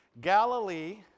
Galilee